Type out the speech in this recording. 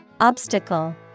Obstacle